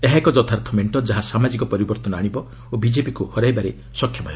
ଏହା ଏକ ଯଥାର୍ଥ ମେଣ୍ଟ ଯାହା ସାମାଜିକ ପରିବର୍ତ୍ତନ ଆଶିବ ଓ ବିକେପିକୁ ହରାଇବାରେ ସକ୍ଷମ ହେବ